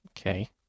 okay